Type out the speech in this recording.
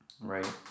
right